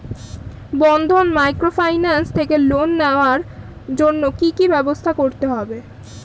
বন্ধন microfinance থেকে loan নেওয়ার জন্য কি কি ব্যবস্থা করতে হবে?